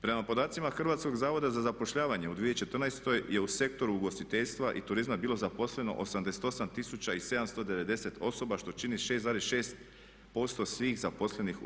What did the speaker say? Prema podacima Hrvatskog zavoda za zapošljavanje u 2014. je u sektoru ugostiteljstva i turizma bilo zaposleno 88 tisuća i 790 osoba što čini 6,6% svih zaposlenih u RH.